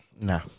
Nah